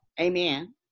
amen